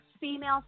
female